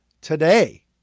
Today